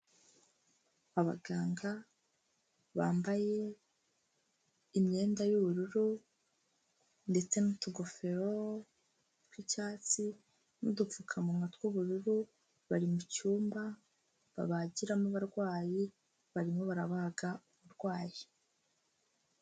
Abaganga bambaye imyenda y'ubururu ndetse n'utugofero tw'icyatsi n'udupfukamunwa tw'ubururu, bari mu cyumba, babagiramo abarwayi, barimo barabaga umurwayi.